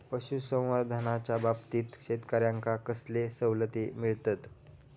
पशुसंवर्धनाच्याबाबतीत शेतकऱ्यांका कसले सवलती मिळतत?